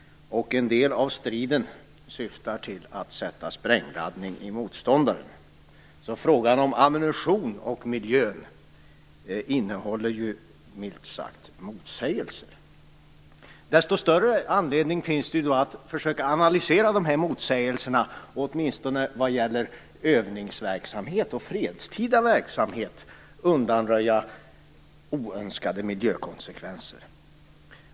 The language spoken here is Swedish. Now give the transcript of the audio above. En del av striden syftar till att sätta sprängladdning i motståndaren. Frågan om ammunition och miljö innehåller således, milt uttryckt, motsägelser. Desto större anledning finns det då att försöka analysera motsägelserna här, åtminstone vad gäller att i övningsverksamhet och fredstida verksamhet undanröja oönskade miljökonsekvenser.